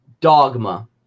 Dogma